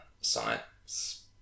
science